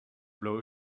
blow